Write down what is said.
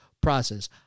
process